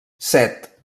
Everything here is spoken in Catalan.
set